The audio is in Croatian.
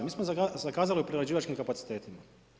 Mi smo zakazali u prerađivačkim kapacitetima.